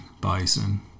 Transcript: bison